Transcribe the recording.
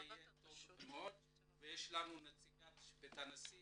זה יהיה טוב מאוד, נציגת בית הנשיא